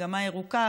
מגמה ירוקה,